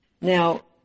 Now